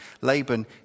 Laban